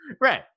Right